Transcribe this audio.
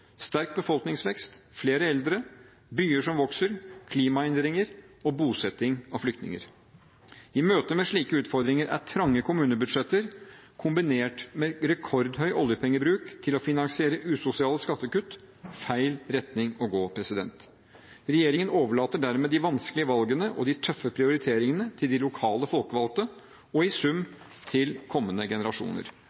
sterk befolkningsvekst, flere eldre, byer som vokser, klimaendringer og bosetting av flyktninger. I møte med slike utfordringer er trange kommunebudsjetter kombinert med rekordhøy oljepengebruk til å finansiere usosiale skattekutt feil retning å gå. Regjeringen overlater dermed de vanskelige valgene og de tøffe prioriteringene til de lokale folkevalgte – og i sum til kommende generasjoner.